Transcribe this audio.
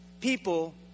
people